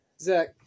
Zach